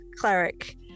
cleric